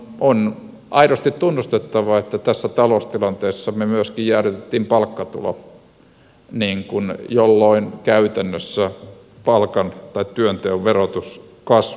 on aidosti tunnustettava että tässä taloustilanteessa me myöskin jäädytimme palkkatulon jolloin käytännössä palkan tai työnteon verotus kasvaa